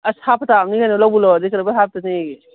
ꯑꯁ ꯍꯥꯞꯄ ꯇꯥꯕꯅꯤꯅꯦ ꯂꯧꯕꯨ ꯂꯧꯔꯗꯤ ꯀꯩꯗꯧꯕꯒꯤ ꯍꯥꯞꯇꯅꯦꯒꯦ